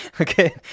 Okay